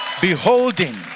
beholding